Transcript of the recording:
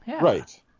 Right